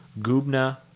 Gubna